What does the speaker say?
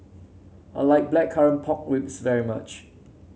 I like Blackcurrant Pork Ribs very much